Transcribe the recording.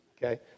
Okay